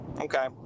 okay